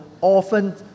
often